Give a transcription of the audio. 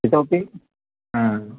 इतोपि